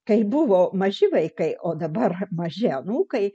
kai buvo maži vaikai o dabar maži anūkai